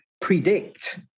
predict